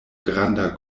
granda